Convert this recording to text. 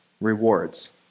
rewards